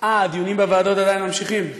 הדיונים בוועדות עדיין ממשיכים.